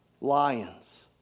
lions